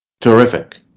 Terrific